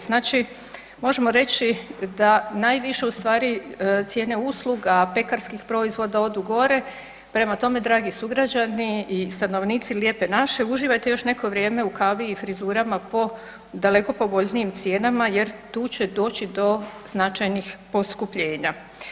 Znači možemo reći da najviše ustvari cijene usluga pekarskih proizvoda odu goru, prema tome dragi sugrađani i stanovnici lijepe naše uživajte još neko vrijeme u kavi i frizurama po daleko povoljnijim cijenama jer tu će doći do značajnih poskupljenja.